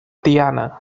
tiana